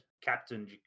Captain